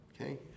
Okay